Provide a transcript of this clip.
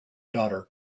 daughter